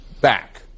back